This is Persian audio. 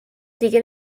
دیگه